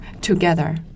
together